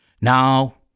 Now